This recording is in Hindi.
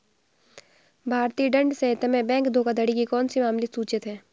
भारतीय दंड संहिता में बैंक धोखाधड़ी के कौन से मामले सूचित हैं?